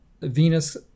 venus